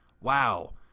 Wow